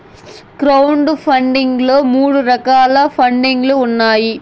crowd funding లో మూడు రకాల పండింగ్ లు ఉన్నాయి